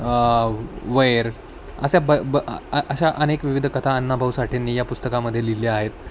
वैर अशा ब ब अशा अनेक विविध कथा अण्णाभाऊ साठेंनी या पुस्तकामध्ये लिहिल्या आहेत